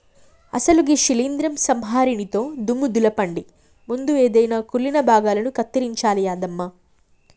అసలు గీ శీలింద్రం సంహరినితో దుమ్ము దులపండి ముందు ఎదైన కుళ్ళిన భాగాలను కత్తిరించాలి యాదమ్మ